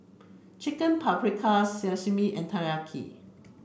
Chicken Paprikas Sashimi and Teriyaki